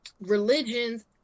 religions